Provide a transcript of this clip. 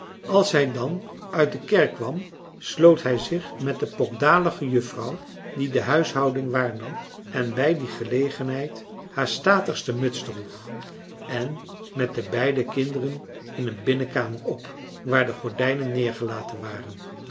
als hij dan uit de kerk kwam sloot hij zich met de pokdalige juffrouw die de huishouding waarnam en bij die gelegenheid haar statigste muts droeg en met de beide kinderen in een binnenkamer op waar de gordijnen neergelaten waren